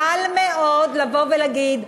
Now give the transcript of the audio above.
קל מאוד לבוא ולהגיד: